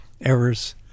errors